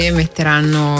metteranno